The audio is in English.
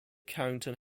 carrington